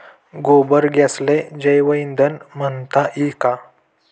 गोबर गॅसले जैवईंधन म्हनता ई का?